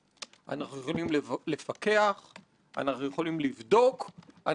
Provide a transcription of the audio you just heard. מעבר לחשיבות שלו בשדה הכלכלי והפיננסי יש